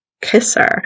kisser